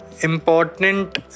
important